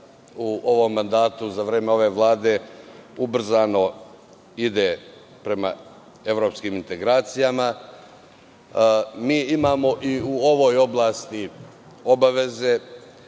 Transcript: u ovom mandatu, za vreme ove vlade, ubrzano ide prema evropskim integracijama, mi imamo i u ovoj oblasti obaveze.